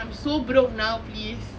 I'm so broke now please